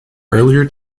earlier